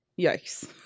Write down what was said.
yikes